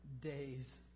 days